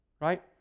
right